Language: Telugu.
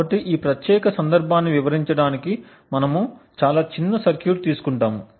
కాబట్టి ఈ ప్రత్యేక సందర్భాన్ని వివరించడానికి మనము చాలా చిన్న సర్క్యూట్ తీసుకుంటాము